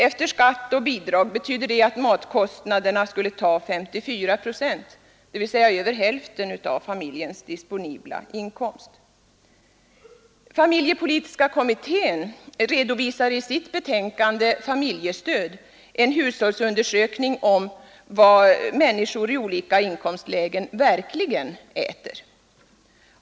Efter skatt och bidrag betyder det att matkostnaderna skulle ta 54 procent, dvs. över hälften av familjens disponibla inkomst. Familjepolitiska kommittén redovisar i sitt betänkande ”Familjestöd” en hushållsundersökning om vad människor i olika inkomstlägen verkligen äter.